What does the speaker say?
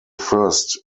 first